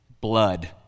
blood